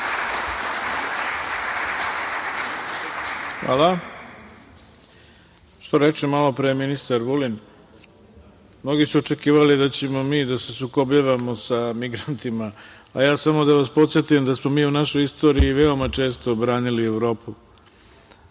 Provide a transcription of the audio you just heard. Hvala. Što reče malopre ministar Vulin, mnogi su očekivali da ćemo mi da se sukobljavamo sa migrantima, a ja samo da vas podsetim da smo mi u našoj istoriji veoma često branili Evropu,